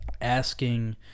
asking